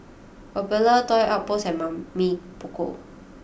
Popular Toy Outpost and Mamy Poko